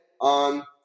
on